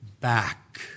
back